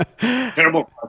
Terrible